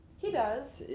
he does.